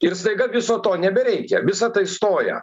ir staiga viso to nebereikia visa tai stoja